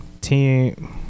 Team